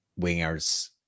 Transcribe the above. wingers